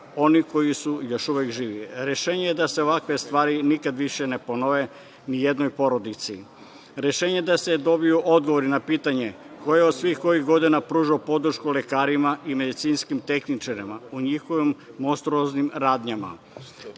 oni koji su još uvek živi. Rešenje je da se ovakve stvari nikad više ne ponove ni jednoj porodici. Rešenje je da se dobiju odgovori na pitanje – ko je svih ovih godina pružao podršku lekarima i medicinskim tehničarima, u njihovim monstruoznim radnjama? Da